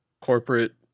corporate